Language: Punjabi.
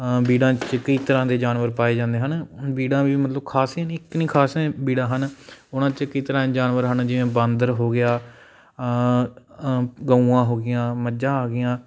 ਬੀੜਾਂ 'ਚ ਕਈ ਤਰ੍ਹਾਂ ਦੇ ਜਾਨਵਰ ਪਾਏ ਜਾਂਦੇ ਹਨ ਬੀੜਾਂ ਵੀ ਮਤਲਬ ਖ਼ਾਸੇ ਨਹੀਂ ਇੱਕ ਨਹੀਂ ਖ਼ਾਸੇ ਬੀੜਾਂ ਹਨ ਉਨ੍ਹਾਂ 'ਚ ਕਈ ਤਰ੍ਹਾਂ ਦੇ ਜਾਨਵਰ ਹਨ ਜਿਵੇਂ ਬਾਂਦਰ ਹੋ ਗਿਆ ਗਊਆਂ ਹੋ ਗਈਆਂ ਮੱਝਾਂ ਆ ਗਈਆਂ